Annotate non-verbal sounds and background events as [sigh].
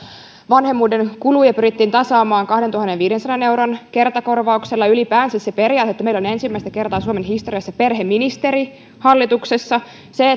vanhemmuuden kuluja pyrittiin tasaamaan kahdentuhannenviidensadan euron kertakorvauksella ylipäänsä se periaate että meillä on ensimmäistä kertaa suomen historiassa perheministeri hallituksessa se [unintelligible]